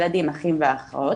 ילדים אחים ואחיות,